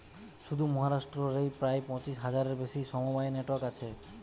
শুধু মহারাষ্ট্র রেই প্রায় পঁচিশ হাজারের বেশি সমবায় নেটওয়ার্ক আছে